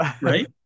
right